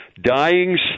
Dying